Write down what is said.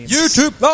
YouTube